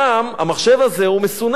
והמחשב הזה הוא גם מסונן.